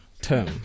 term